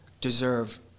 deserve